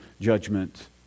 judgment